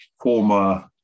former